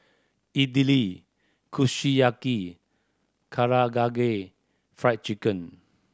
Idili Kushiyaki Karagagay Fried Chicken